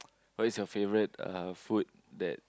what is your favourite uh food that